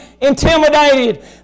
intimidated